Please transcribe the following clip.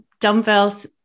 dumbbells